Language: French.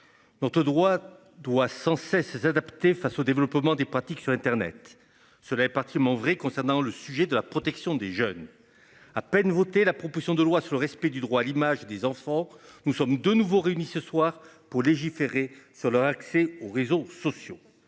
tout droit doit sans cesse s'adapter face au développement des pratiques sur Internet. Cela est parti mon vrai concernant le sujet de la protection des jeunes à peine voté la proposition de loi sur le respect du droit à l'image des enfants. Nous sommes de nouveau réunis ce soir pour légiférer sur l'accès aux réseaux sociaux.